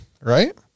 right